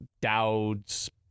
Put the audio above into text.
Dowd's